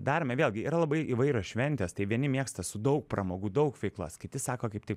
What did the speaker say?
darome vėlgi yra labai įvairios šventės tai vieni mėgsta su daug pramogų daug veiklos kiti sako kaip tik